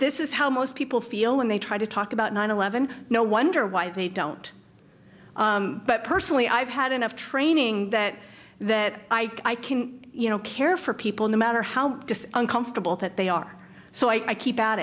this is how most people feel when they try to talk about nine eleven no wonder why they don't but personally i've had enough training that that i can you know care for people in the matter how uncomfortable that they are so i keep at